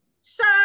Sir